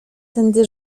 tędy